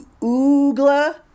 oogla